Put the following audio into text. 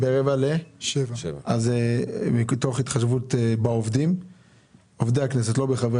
מכיוון שזה מסווג